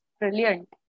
brilliant